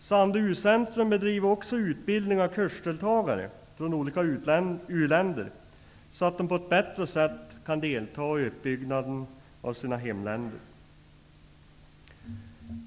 Sandö U-centrum bedriver också utbildning av kursdeltagare från olika u-länder, så att de på ett bättre sätt kan delta i uppbyggnaden av sina hemländer.